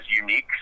unique